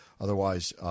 Otherwise